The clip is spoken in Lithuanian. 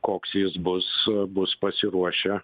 koks jis bus bus pasiruošę